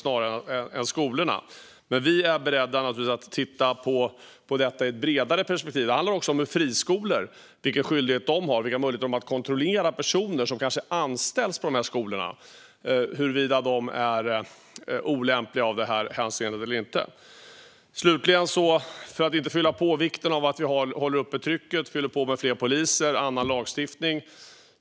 Vi är naturligtvis beredda att titta på detta ur ett bredare perspektiv. Det här handlar även om friskolor och vilka skyldigheter och möjligheter de har att kontrollera personer som kanske anställs på dessa skolor och se huruvida de är olämpliga ur detta hänseende. Slutligen måste vi hålla uppe trycket och fylla på med fler poliser och annan lagstiftning.